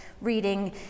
reading